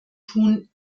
tun